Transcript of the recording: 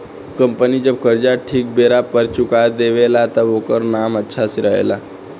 company जब कर्जा ठीक बेरा पर चुका देवे ला तब ओकर नाम अच्छा से रहेला